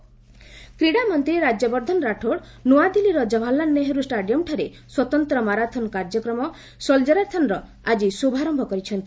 Rathore soldierathon କ୍ରୀଡ଼ାମନ୍ତ୍ରୀ ରାଜ୍ୟବର୍ଦ୍ଧନ ରାଠୋଡ ନୂଆଦିଲ୍ଲୀର ଜବାହରଲାଲ ନେହେରୁ ଷ୍ଟାଡିୟମ୍ଠାରେ ସ୍ୱତନ୍ତ୍ର ମାରାଥନ କାର୍ଯ୍ୟକ୍ରମ 'ସୋଲ୍ଜରାଥନ୍'ର ଆଜି ଶୁଭାରମ୍ଭ କରିଛନ୍ତି